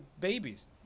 babies